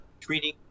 treating